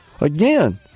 again